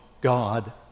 God